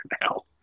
now